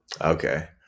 Okay